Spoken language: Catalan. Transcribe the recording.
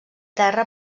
terra